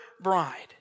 bride